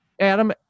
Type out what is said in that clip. Adam